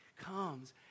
comes